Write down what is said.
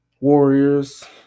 warriors